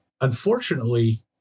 unfortunately